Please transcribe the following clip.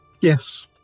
Yes